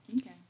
Okay